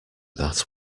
that